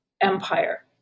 Empire